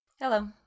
Hello